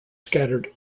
scattered